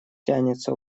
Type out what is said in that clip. тянется